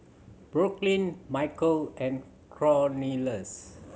Brooklynn Michale and Cornelius